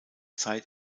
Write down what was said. zeit